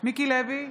מיקי לוי,